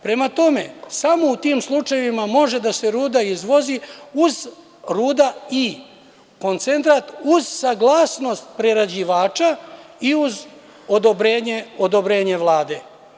Prema tome, samo u tim slučajevima može ruda da se izvozi, ruda i koncentrat, uz saglasnost prerađivača i uz odobrenje Vlade.